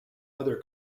other